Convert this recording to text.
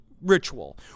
ritual